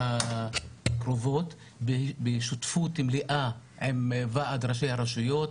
הקרובות בשותפות מלאה עם ועד ראשי הרשויות,